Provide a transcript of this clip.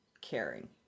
caring